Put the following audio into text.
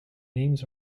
names